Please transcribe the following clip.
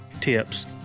tips